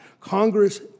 Congress